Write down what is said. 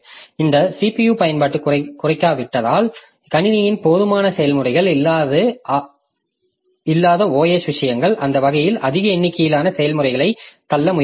இந்த CPU பயன்பாடு குறைவாகிவிட்டதால் கணினியில் போதுமான செயல்முறைகள் இல்லாத OS விஷயங்கள் அந்த வகையில் அதிக எண்ணிக்கையிலான செயல்முறைகளைத் தள்ள முயற்சிக்கிறது